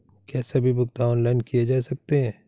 क्या सभी भुगतान ऑनलाइन किए जा सकते हैं?